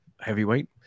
heavyweight